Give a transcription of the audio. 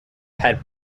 had